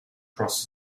across